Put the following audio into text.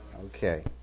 Okay